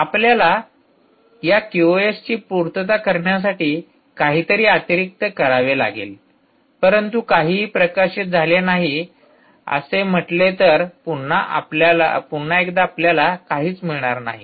आपल्याला या क्यूओएस 2 ची पूर्तता करण्यासाठी काहीतरी अतिरिक्त करावे लागेल परंतु प्रकाशित काही झाले नाही असे म्हटले तर पुन्हा एकदा आपल्याला काहीच मिळणार नाही